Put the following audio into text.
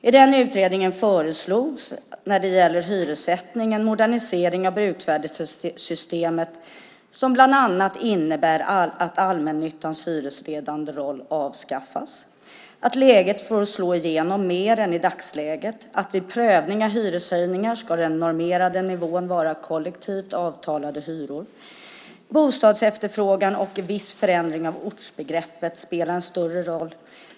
I den utredningen föreslogs när det gäller hyressättningen en modernisering av bruksvärdessystemet som bland annat innebär att allmännyttans hyresledande roll avskaffas och att läget får slå igenom mer än i dagsläget. Vid prövning av hyreshöjningar ska den normerade nivån vara kollektivt avtalade hyror, bostadsefterfrågan, och en viss förändring av ortsbegreppet ska spela en större roll.